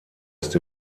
ist